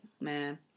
man